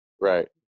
Right